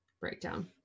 breakdown